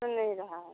सुन नहीं रहा है